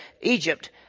Egypt